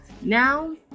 Now